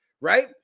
right